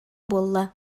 буолла